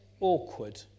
awkward